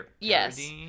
Yes